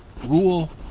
Rule